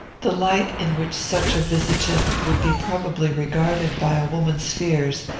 the light in which such a visitant would be probably regarded by a woman's fears,